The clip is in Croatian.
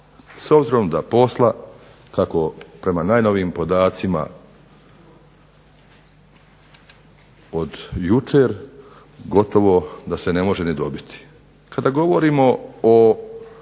S obzirom da posla, kako prema najnovijim podacima od jučer, gotovo da se ne može ni dobiti.